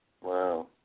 Wow